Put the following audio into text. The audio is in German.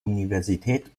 universität